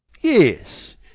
Yes